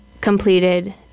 completed